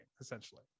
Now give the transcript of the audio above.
essentially